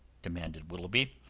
demanded willoughby.